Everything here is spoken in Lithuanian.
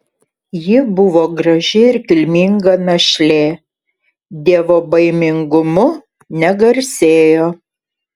ji buvo graži ir kilminga našlė dievobaimingumu negarsėjo